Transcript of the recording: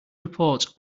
reports